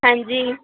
ਹਾਂਜੀ